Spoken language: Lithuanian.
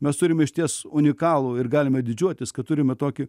mes turime išties unikalų ir galime didžiuotis kad turime tokį